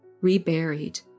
reburied